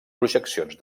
projeccions